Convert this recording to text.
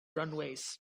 runways